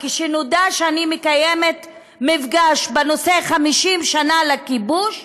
כשנודע שאני מקיימת מפגש בנושא 50 שנה לכיבוש,